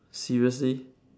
seriously